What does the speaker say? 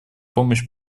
помощь